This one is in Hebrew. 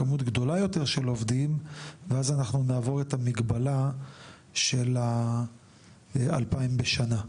כמות גדולה יותר של עובדים ואז אנחנו נעבור את המגבלה של ה-2,000 בשנה.